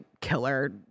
killer